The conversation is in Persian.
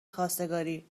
خواستگاری